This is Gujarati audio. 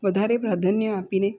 વધારે પ્રાધાન્ય આપીને